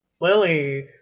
Lily